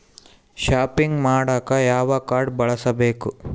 Shopping ಮಾಡಾಕ ಯಾವ card ಬಳಸಬೇಕು?